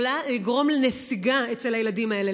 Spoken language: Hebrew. יכולה לגרום לנסיגה אצל הילדים האלה,